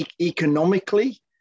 economically